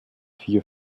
vier